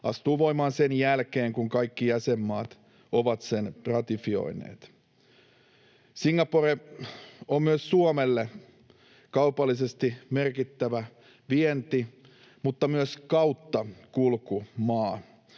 astuu voimaan sen jälkeen kun kaikki jäsenmaat ovat sen ratifioineet. Singapore on myös Suomelle kaupallisesti merkittävä vienti- mutta myös kauttakulkumaa.